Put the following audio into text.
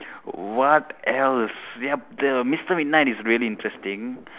what else yup the mister midnight is really interesting